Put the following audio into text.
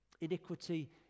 Iniquity